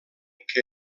que